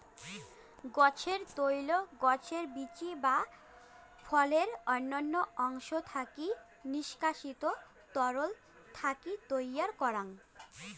গছের ত্যাল, গছের বীচি বা ফলের অইন্যান্য অংশ থাকি নিষ্কাশিত তরল থাকি তৈয়ার করাং